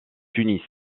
tunis